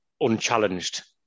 unchallenged